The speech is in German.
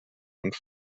und